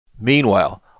Meanwhile